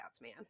man